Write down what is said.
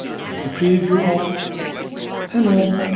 click the preview off and on,